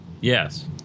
Yes